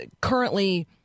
currently